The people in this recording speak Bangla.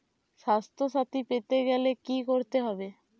স্বাস্থসাথী পেতে গেলে কি করতে হবে?